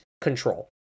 control